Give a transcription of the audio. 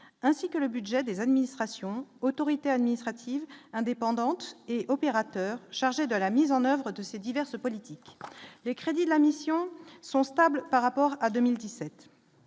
ainsi que le budget des administrations, autorité administrative indépendante et opérateurs, chargé de la mise en oeuvre de ces diverses politiques les crédits de la mission sont stables par rapport à 2017